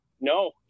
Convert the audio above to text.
No